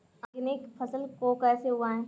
Organic फसल को कैसे उगाएँ?